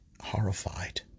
horrified